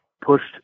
Pushed